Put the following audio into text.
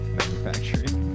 manufacturing